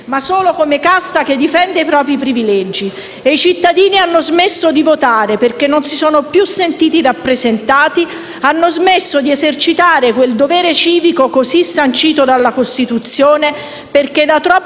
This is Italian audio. ma solo come casta che difende i propri privilegi. E i cittadini hanno smesso di votare, perché non si sono più sentiti rappresentati; hanno smesso di esercitare quel dovere civico così sancito dalla Costituzione perché da troppi